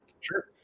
Sure